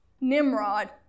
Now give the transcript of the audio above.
Nimrod